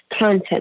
content